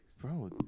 bro